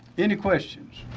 any questions?